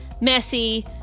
messy